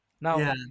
now